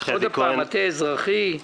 עוד פעם מטה אזרחי.